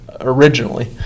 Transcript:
originally